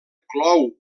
clou